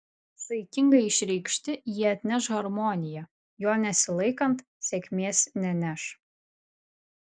saikingai išreikšti jie atneš harmoniją jo nesilaikant sėkmės neneš